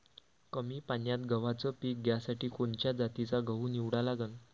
कमी पान्यात गव्हाचं पीक घ्यासाठी कोनच्या जातीचा गहू निवडा लागन?